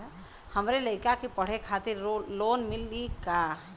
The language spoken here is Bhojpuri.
हमरे लयिका के पढ़े खातिर लोन मिलि का?